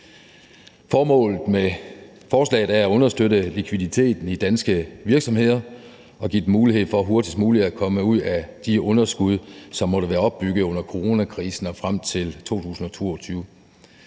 Formålet med forslaget er at understøtte likviditeten i danske virksomheder og give dem mulighed for hurtigst muligt at komme ud af de underskud, som måtte være opbygget under coronakrisen og frem til 2022.